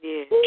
Yes